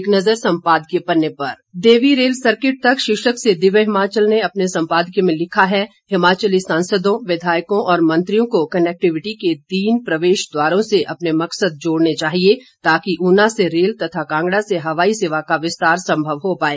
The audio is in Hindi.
एक नज़र सम्पादकीय पन्ने पर देंवी रेल सर्किट तक शीर्षक से दिव्य हिमाचल ने अपने संपादकीय में लिखा है हिमाचली सांसदों विधायकों और मंत्रियों को कनेक्टिविटी के तीन प्रवेश द्वारों से अपने मकसद जोड़ने चाहिए ताकि ऊना से रेल तथा कांगड़ा से हवाई सेवा का विस्तार संभव हो पाए